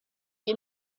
you